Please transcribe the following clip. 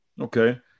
Okay